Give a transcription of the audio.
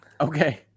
Okay